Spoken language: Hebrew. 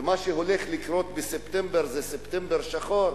ומה שהולך לקרות בספטמבר זה ספטמבר שחור,